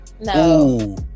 No